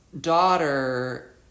daughter